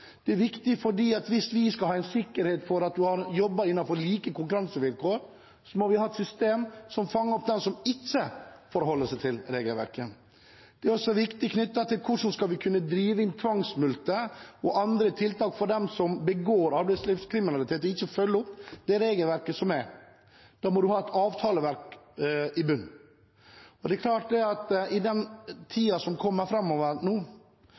hvis vi skal ha sikkerhet for at det jobbes innenfor like konkurransevilkår, må vi ha et system som fanger opp dem som ikke forholder seg til regelverket. Det er også viktig for hvordan vi skal kunne drive inn tvangsmulkter, og andre tiltak overfor dem som begår arbeidslivskriminalitet og ikke følger opp det regelverket vi har. Da må man ha et avtaleverk i bunn. Det er klart at i